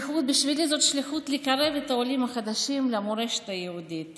בשבילי זאת שליחות לקרב את העולים החדשים למורשת היהודית